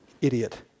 idiot